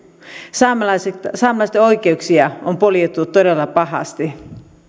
saamelaisten oikeuksia on poljettu todella pahasti